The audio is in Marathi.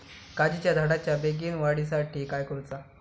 काजीच्या झाडाच्या बेगीन वाढी साठी काय करूचा?